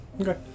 Okay